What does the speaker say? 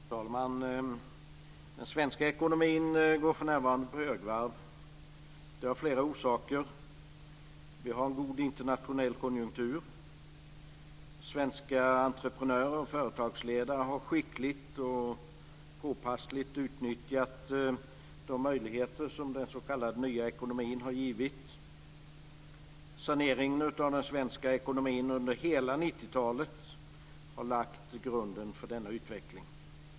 Fru talman! Den svenska ekonomin går för närvarande på högvarv. Det har flera orsaker. Vi har en god internationell konjunktur. Svenska entreprenörer och företagsledare har skickligt och påpassligt utnyttjat de möjligheter som den nya ekonomin har givit. Saneringen av den svenska ekonomin under hela 90-talet har lagt grunden för denna utveckling.